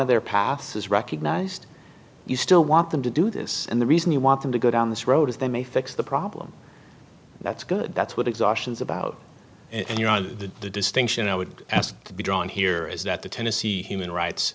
of their paths is recognized you still want them to do this and the reason you want them to go down this road is they may fix the problem that's good that's what exhaustions about and you're on to the distinction i would ask to be drawn here is that the tennessee human rights